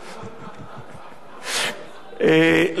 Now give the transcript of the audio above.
לכן,